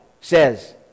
says